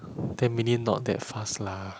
ten minute not that fast lah